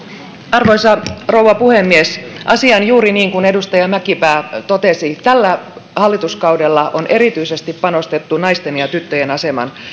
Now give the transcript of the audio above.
arvoisa rouva puhemies asia on juuri niin kuin edustaja mäkipää totesi tällä hallituskaudella on erityisesti panostettu naisten ja tyttöjen aseman